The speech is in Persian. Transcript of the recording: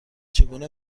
چگونه